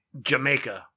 Jamaica